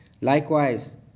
Likewise